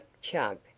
chug